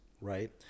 right